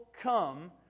come